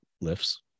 lifts